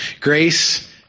Grace